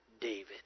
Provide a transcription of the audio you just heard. David